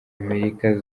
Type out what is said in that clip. amerika